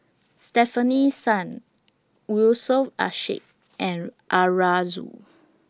Stefanie Sun Yusof Ishak and Arasu